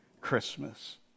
Christmas